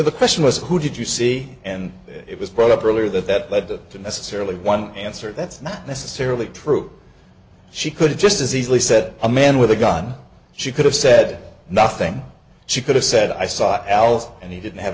the question was who did you see and it was brought up earlier that that led to necessarily one answer that's not necessarily true she could just as easily said a man with a gun she could have said nothing she could have said i saw als and he didn't have